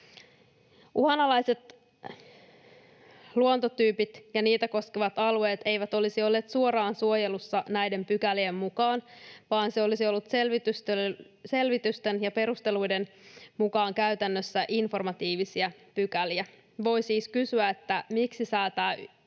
Uhanalaiset luontotyypit ja niitä koskevat alueet eivät olisi olleet suoraan suojelussa näiden pykälien mukaan, vaan ne olisivat olleet selvitysten ja perusteluiden mukaan käytännössä informatiivisia pykäliä. Voi siis kysyä, miksi säätää